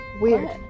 weird